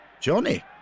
Johnny